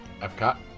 Epcot